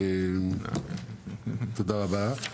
תודה רבה.